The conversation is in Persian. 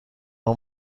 اون